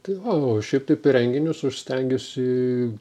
tai va o šiaip tai apie renginius aš stengiuosi